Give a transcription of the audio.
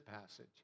passage